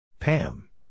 Pam